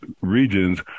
regions